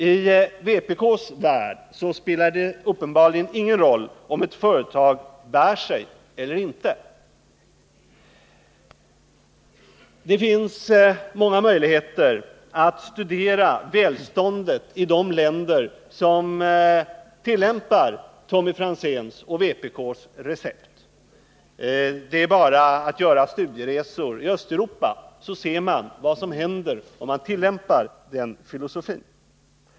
I vpk:s värld spelar det uppenbarligen ingen roll om ett företag bär sig eller inte. Det finns många möjligheter att studera välståndet i de länder som tillämpar Tommy Franzéns och vpk:s recept. Det är bara att göra studieresor i Östeuropa så ser man vad som händer om man tillämpar den filosofin.